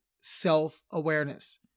self-awareness